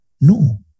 No